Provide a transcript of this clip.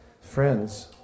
friends